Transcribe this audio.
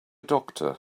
doctor